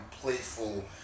playful